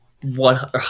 one